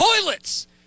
toilets